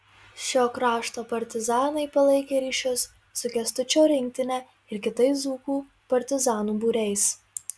šio krašto partizanai palaikė ryšius su kęstučio rinktine ir kitais dzūkų partizanų būriais